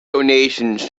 donations